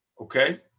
Okay